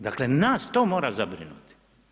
Dakle, nas to mora zabrinuti.